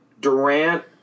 Durant